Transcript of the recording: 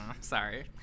Sorry